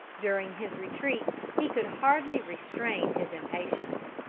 during his retreat he could hardly restrain his impatience.